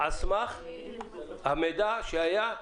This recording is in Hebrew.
על סמך המידע שהיה.